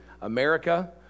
America